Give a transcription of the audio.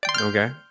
Okay